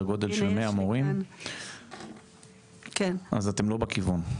גודל של מאה מורים אז אתם לא בכיוון.